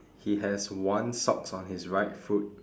he has one socks on his right foot